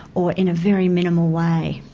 or in a very minimal way.